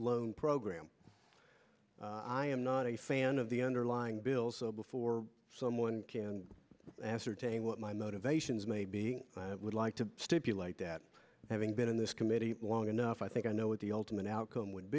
loan program i am not a fan of the underlying bill so before someone can ascertain what my motivations may be would like to stipulate that having been in this committee long enough i think i know what the ultimate outcome would